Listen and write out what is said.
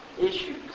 issues